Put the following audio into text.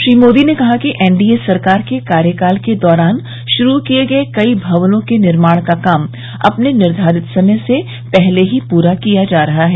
श्री मोदी ने कहा कि एनडीए सरकार के कार्यकाल के दौरान श्रू किये गए कई भवनों के निर्माण का काम अपने निर्धारित समय से पहले ही पूरा किया जा रहा है